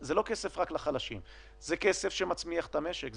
זה לא כסף רק לחלשים, זה כסף שמצמיח את המשק.